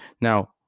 now